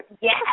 Yes